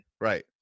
right